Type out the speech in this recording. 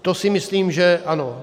To si myslím, že ano.